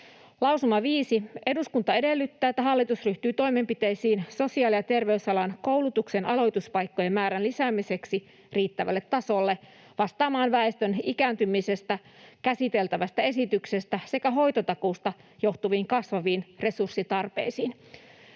Lausuma viisi: ”Eduskunta edellyttää, että hallitus ryhtyy toimenpiteisiin sosiaali- ja terveysalan koulutuksen aloituspaikkojen määrän lisäämiseksi riittävälle tasolle vastaamaan väestön ikääntymisestä, käsiteltävästä esityksestä sekä hoitotakuusta johtuviin kasvaviin resurssitarpeisiin.